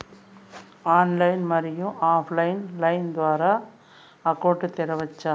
Online, మరియు offline line ద్వారా account తెరవచ్చా?